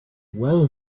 well